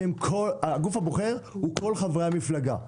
הגוף הבוחר הוא כל חברי המפלגה.